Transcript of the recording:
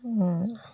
অঁ